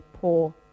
poor